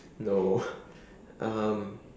no um